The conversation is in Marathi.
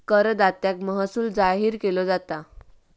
करदात्याक महसूल जाहीर केलो जाता